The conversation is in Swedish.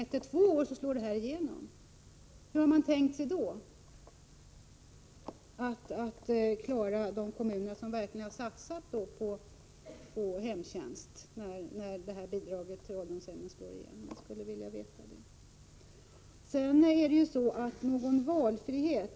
Hur skall kommuner som verkligen har satsat på hemtjänsten klara sig när bidraget till åldringsvården minskar?